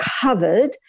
covered